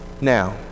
Now